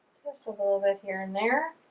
just a little bit here and there.